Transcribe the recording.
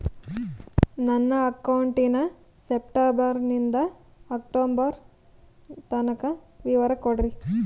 ನನ್ನ ಅಕೌಂಟಿನ ಸೆಪ್ಟೆಂಬರನಿಂದ ಅಕ್ಟೋಬರ್ ತನಕ ವಿವರ ಕೊಡ್ರಿ?